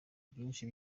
byinshi